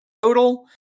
total